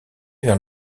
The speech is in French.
vers